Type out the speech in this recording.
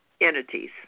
entities